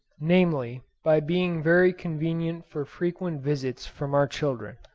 namely, by being very convenient for frequent visits from our children.